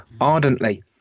ardently